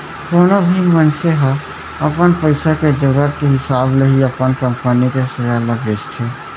कोनो भी मनसे ह अपन पइसा के जरूरत के हिसाब ले ही अपन कंपनी के सेयर ल बेचथे